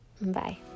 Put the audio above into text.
Bye